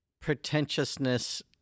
pretentiousness